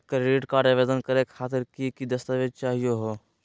Credit card आवेदन करे खातिर की की दस्तावेज चाहीयो हो?